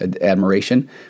admiration